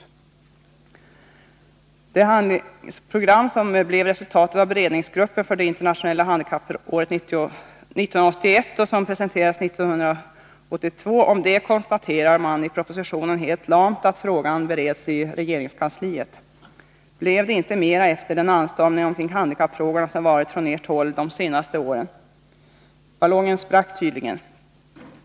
Beträffande det handlingsprogram som blev resultatet av det arbete som gjordes av beredningsgruppen för det internationella handikappåret 1981 och som presenterades 1982 konstaterar man i propositionen helt lamt att frågan bereds i regeringskansliet. Blev det inte mera efter den anstormning som varit från ert håll de senaste åren när det gäller handikappfrågorna? Ballongen sprack tydligen.